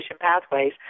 pathways